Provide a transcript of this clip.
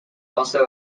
also